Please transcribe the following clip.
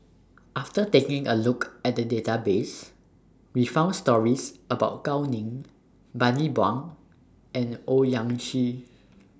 after taking A Look At The Database We found stories about Gao Ning Bani Buang and Owyang Chi